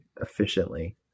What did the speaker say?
efficiently